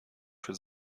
für